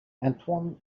antoine